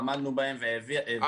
עמדנו בהם והעברנו.